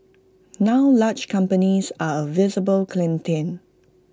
now large companies are A visible clientele